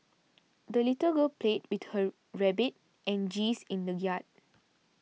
the little girl played with her rabbit and geese in the yard